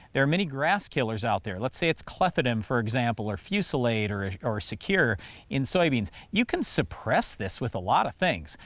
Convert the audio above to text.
there are many grass killers out there. let's say it's clethodim, for example, or fusilade or or secure in soybeans. you can suppress this with a lot of things,